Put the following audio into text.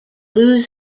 lose